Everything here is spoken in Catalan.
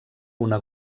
una